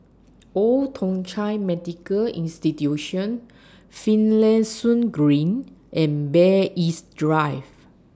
Old Thong Chai Medical Institution Finlayson Green and Bay East Drive